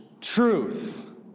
truth